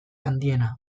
handiena